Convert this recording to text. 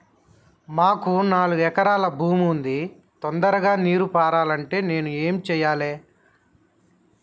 మాకు నాలుగు ఎకరాల భూమి ఉంది, తొందరగా నీరు పారాలంటే నేను ఏం చెయ్యాలే?